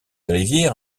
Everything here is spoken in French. rivière